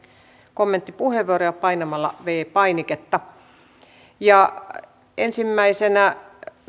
kommenttipuheenvuoroja painamalla viides painiketta ensimmäisenä